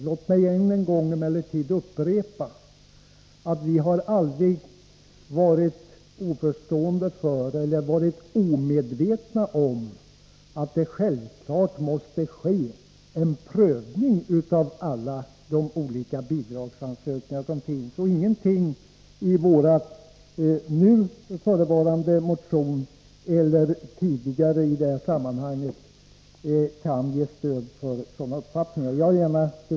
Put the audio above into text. Låt mig än en gång upprepa att vi aldrig har varit oförstående till eller omedvetna om att det självfallet måste ske en prövning av alla de olika bidragsansökningar som finns. Ingenting i vår nu förevarande motion eller i tidigare motioner i detta sammanhang kan ge stöd för sådana uppfattningar som utskottet här för fram.